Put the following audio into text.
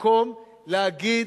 מקום להגיד,